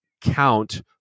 count